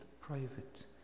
private